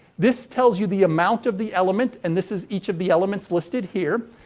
this tells you the amount of the element and this is each of the elements listed here.